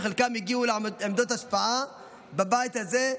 שחלקם הגיעו לעמדות השפעה בבית הזה,